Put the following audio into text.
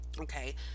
okay